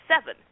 seven